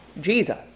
Jesus